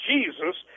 Jesus